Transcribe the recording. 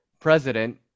president